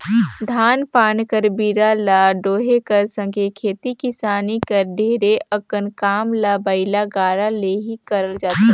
धान पान कर बीड़ा ल डोहे कर संघे खेती किसानी कर ढेरे अकन काम ल बइला गाड़ा ले ही करल जाथे